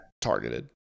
targeted